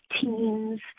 teens